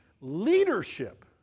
leadership